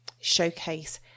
showcase